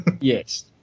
Yes